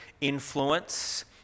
influence